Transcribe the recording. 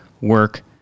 work